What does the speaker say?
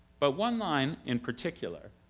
but one line, in particular,